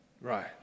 right